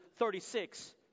36